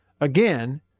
Again